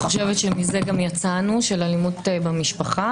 אני חושבת שמזה יצאנו של אלימות במשפחה.